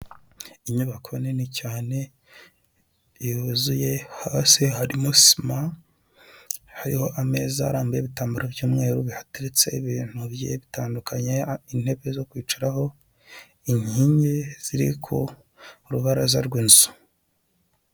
Inyubako nini cyane yuzuye hasi harimo sima, hariho ameza arambuyeho ibitambaro by'umweru bihateretse, ibintu bigiye bitandukanye, intebe zo kwicaraho, inkingi ziri ku rubaraza rw'inzu.